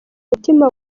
mutima